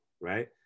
right